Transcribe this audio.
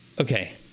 okay